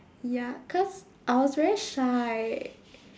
ya cause I was very shy